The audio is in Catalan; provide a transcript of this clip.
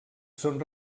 són